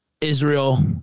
Israel